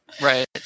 Right